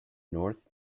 north